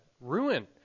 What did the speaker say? ruin